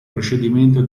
procedimento